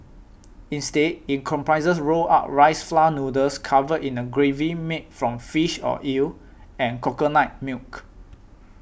instead it comprises rolled up rice flour noodles covered in a gravy made from fish or eel and coconut milk